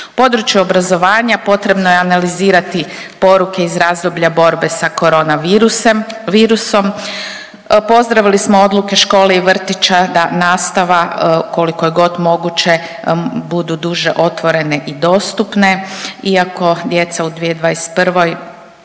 Područje obrazovanja potrebno je analizirati poruke iz razdoblja borbe sa corona virusom. Pozdravili smo odluke škole i vrtića da nastava koliko je god moguće budu duže otvorene i dostupne. Iako djeca u 2021.